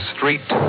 Street